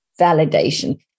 validation